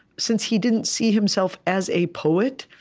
since he didn't see himself as a poet,